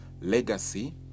legacy